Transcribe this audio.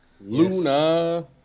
Luna